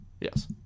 Yes